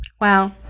wow